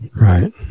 Right